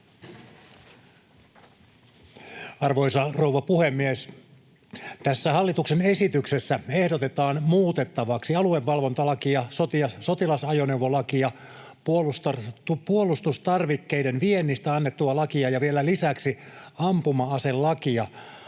Arvoisa rouva puhemies! Tässä hallituksen esityksessä ehdotetaan muutettavaksi aluevalvontalakia, sotilasajoneuvolakia, puolustustarvikkeiden viennistä annettua lakia ja vielä lisäksi ampuma-aselakia